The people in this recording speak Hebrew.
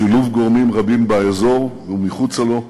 בשילוב גורמים רבים באזור ומחוצה לו.